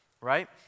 right